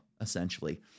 essentially